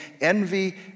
envy